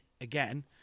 again